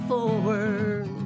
Forward